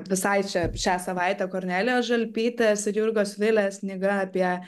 visai čia šią savaitę kornelijos žalpytės ir jurgos vilės knyga apie